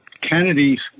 Kennedys